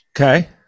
okay